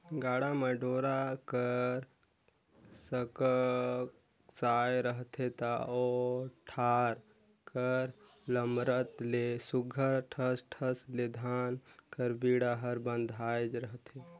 गाड़ा म डोरा हर कसकसाए रहथे ता कोठार कर लमरत ले सुग्घर ठस ठस ले धान कर बीड़ा हर बंधाए रहथे